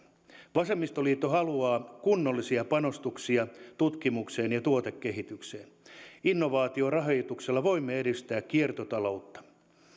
vasemmistoliitto haluaa kunnollisia panostuksia tutkimukseen ja tuotekehitykseen innovaatiorahoituksella voimme edistää kiertotaloutta